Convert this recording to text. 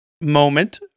moment